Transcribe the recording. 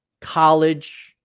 college